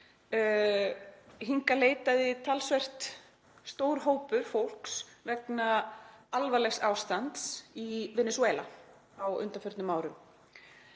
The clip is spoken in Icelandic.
hingað leitaði talsvert stór hópur fólks vegna alvarlegs ástands í Venesúela á undanförnum árum.